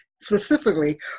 specifically